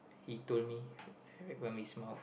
he told me I heard from his mouth